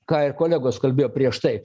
ką ir kolegos kalbėjo prieš tai